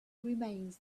remains